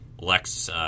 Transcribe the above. Lex